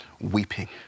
weeping